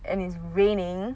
and it's raining